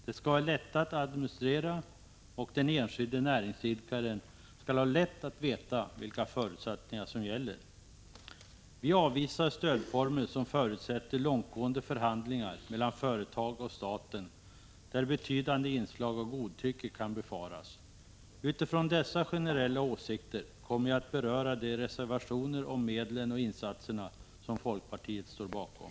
De skall vara lätta att administrera, och den enskilde näringsidkaren skall ha lätt att veta vilka förutsättningar som gäller. Vi avvisar stödformer som förutsätter långtgående förhandlingar mellan företag och staten, där betydande inslag av godtycke kan befaras. Utifrån dessa generella åsikter kommer jag att beröra de reservationer om medlen och insatserna som folkpartiet står bakom.